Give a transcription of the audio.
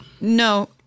No